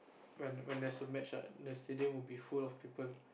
when when there's a match ah the stadium will be full of people